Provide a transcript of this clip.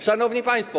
Szanowni Państwo!